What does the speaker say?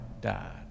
died